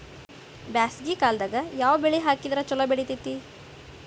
ಬ್ಯಾಸಗಿ ಕಾಲದಾಗ ಯಾವ ಬೆಳಿ ಹಾಕಿದ್ರ ಛಲೋ ಬೆಳಿತೇತಿ?